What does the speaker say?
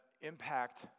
impact